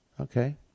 Okay